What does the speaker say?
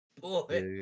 boy